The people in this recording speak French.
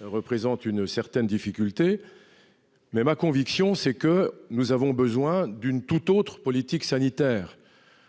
représente une certaine difficulté ! Ma conviction est que nous avons besoin d'une tout autre politique sanitaire.